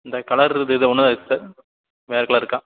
இந்த கலர் இது இது ஒன்னு தான் இருக்கா சார் வேறு கலர் இருக்கா